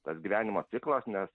tas gyvenimo ciklas nes